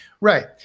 Right